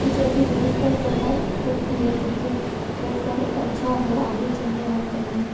कुछ ऐसी व्यवस्थाएं करवा सकती है जिसे व्यवसाय अच्छा हो आगे चले और फैले